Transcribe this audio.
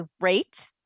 great